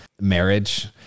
marriage